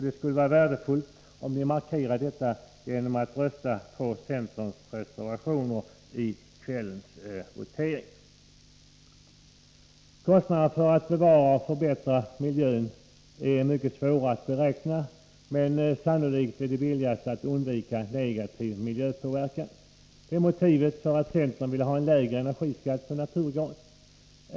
Det skulle vara värdefullt om ni markerade detta genom att rösta på centerns reservationer i kvällens votering. Kostnader för att bevara och förbättra miljön är mycket svåra att beräkna, men sannolikt är det billigast att undvika negativ miljöpåverkan. Detta är motivet för att centern vill ha lägre energiskatt på naturgas.